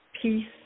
peace